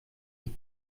die